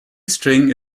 string